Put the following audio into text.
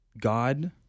God